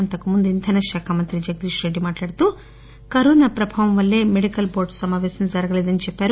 అంతకు ముందు ఇంధన శాఖ మంత్రి జగ దీప్రెడ్డి మాట్లాడుతూ కరోనా ప్రభావం వల్లే మెడికల్ బోర్డు సమాపేశం జరగలేదని చెప్పారు